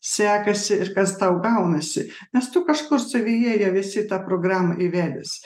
sekasi ir kas tau gaunasi nes tu kažko savyje jau esi į tą programą įvedęs